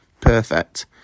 Perfect